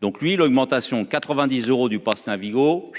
donc lui l'augmentation 90 euros du passe Navigo.